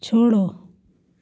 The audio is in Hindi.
छोड़ो